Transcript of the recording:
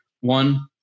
One